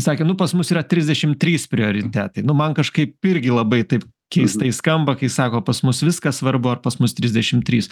sakė nu pas mus yra trisdešim trys prioritetai nu man kažkaip irgi labai taip keistai skamba kai sako pas mus viskas svarbu ar pas mus trisdešim trys